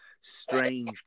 strange